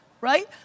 right